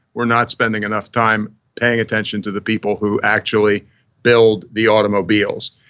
we're not spending enough time paying attention to the people who actually build the automobiles.